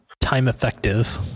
time-effective